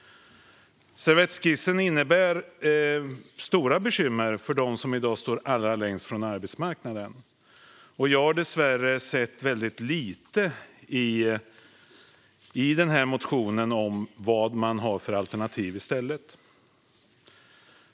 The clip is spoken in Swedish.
Servettskissen innebär stora bekymmer för dem som i dag står allra längst från arbetsmarknaden, och jag har dessvärre sett väldigt lite i den här motionen om vad alternativen är.